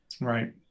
right